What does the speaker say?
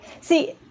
see